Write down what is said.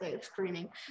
screaming